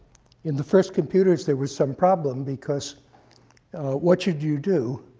in the first computers, there was some problem. because what should you do,